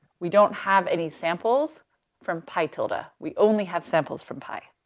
we don't have any samples from pi tilde, ah we only have samples from pi,